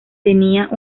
tenía